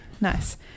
Nice